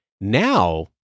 now